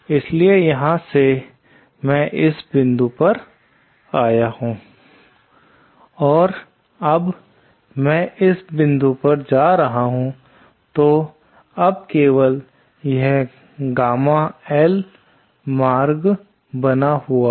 इसलिए यहां से मैं इस बिंदु पर आया हूं और अब मैं इस बिंदु पर जा रहा हूं तो अब केवल यह गामा L मार्ग बना हुआ है